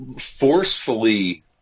forcefully